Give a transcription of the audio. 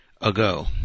ago